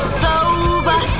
sober